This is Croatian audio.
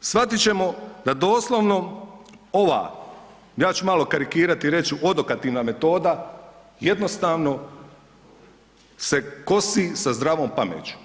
shvatit ćemo da doslovno ova, ja ću malo karikirati i reći odokativna metoda jednostavno se kosi sa zdravom pameću.